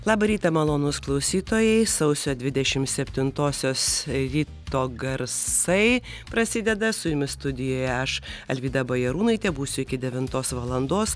labą rytą malonūs klausytojai sausio dvidešimt septintosios ryto garsai prasideda su jumis studijoje aš alvyda bajarūnaitė būsiu iki devintos valandos